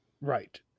right